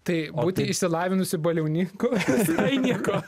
tai būti išsilavinusiu baliauninku visai nieko